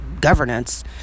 governance